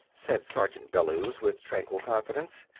said sergeant bellews, with tranquil confidence.